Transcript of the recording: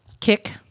Kick